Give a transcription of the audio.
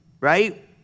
right